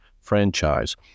franchise